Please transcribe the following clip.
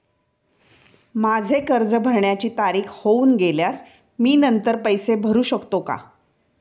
माझे कर्ज भरण्याची तारीख होऊन गेल्यास मी नंतर पैसे भरू शकतो का?